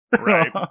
Right